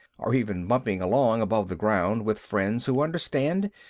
or even bumping along above the ground with friends who understand,